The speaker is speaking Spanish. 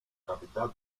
capital